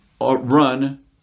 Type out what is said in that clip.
run